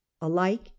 alike